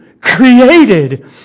created